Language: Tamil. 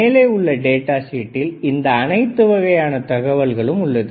மேலே உள்ள டேட்டா ஷீட்டில் இந்த அனைத்து வகையான தகவல்களும் உள்ளது